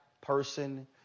person